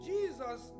Jesus